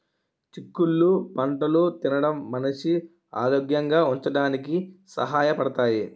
చిక్కుళ్ళు పంటలు తినడం మనిషి ఆరోగ్యంగా ఉంచడానికి సహాయ పడతాయి